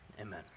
Amen